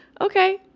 Okay